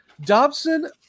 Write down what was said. Dobson